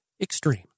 extreme